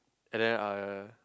and then I uh